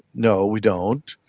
no, we don't.